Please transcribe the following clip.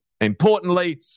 importantly